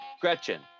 Gretchen